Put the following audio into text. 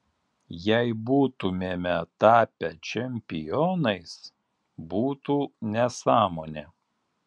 jei būtumėme tapę čempionais būtų nesąmonė